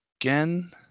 again